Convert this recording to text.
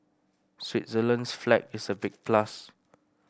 Switzerland's flag is a big plus